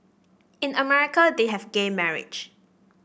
in America they have gay marriage